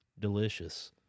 Delicious